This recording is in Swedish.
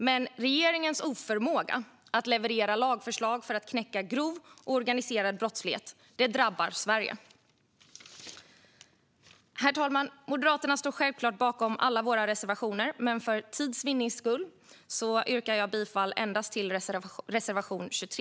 Men regeringens oförmåga att leverera lagförslag för att knäcka grov organiserad brottslighet drabbar Sverige. Herr talman! Vi i Moderaterna står självklart bakom alla våra reservationer, men för tids vinnande yrkar jag bifall endast till reservation 23.